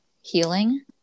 healing